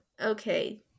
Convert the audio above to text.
Okay